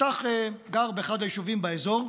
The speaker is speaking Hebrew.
יפתח גר באחד היישובים באזור.